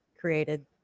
created